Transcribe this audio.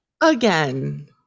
again